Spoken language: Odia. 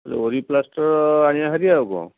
ହେଲେ ଓରିପ୍ଲାଷ୍ଟର ଆଣିଆ ହାରି ଆଉ କ'ଣ